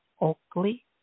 Oakley